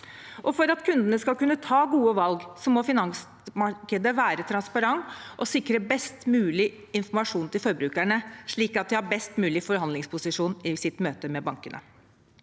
For at kundene skal kunne ta gode valg, må finansmarkedet være transparent og sikre best mulig informasjon til forbrukerne, slik at de har en best mulig forhandlingsposisjon i møte med bankene.